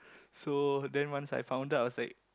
so then once I found out I was like